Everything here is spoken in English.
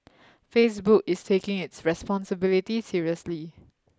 Facebook is taking its responsibility seriously